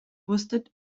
wusstet